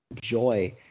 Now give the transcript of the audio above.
joy